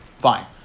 Fine